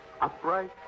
upright